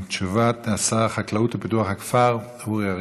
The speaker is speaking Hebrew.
תשובת שר החקלאות ופיתוח הכפר אורי אריאל.